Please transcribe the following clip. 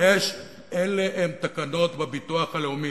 אלה תקנות בביטוח הלאומי.